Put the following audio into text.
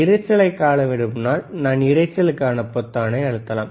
இரைச்சலை காண விரும்பினால் நான் இரைச்சலுக்கான பொத்தானை அழுத்தலாம்